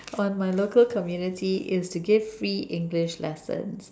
on my local community is to give free English lessons